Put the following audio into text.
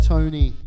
Tony